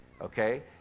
Okay